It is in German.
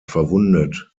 verwundet